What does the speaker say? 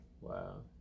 Wow